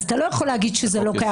אז אתה לא יכול להגיד שזה לא קיים.